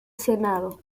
senado